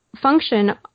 function